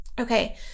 Okay